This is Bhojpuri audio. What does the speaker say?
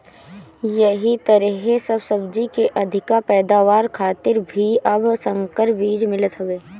एही तरहे सब सब्जी के अधिका पैदावार खातिर भी अब संकर बीज मिलत हवे